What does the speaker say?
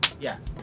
Yes